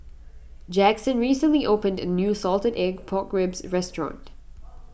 Jaxon recently opened a new Salted Egg Pork Ribs Restaurant